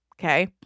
okay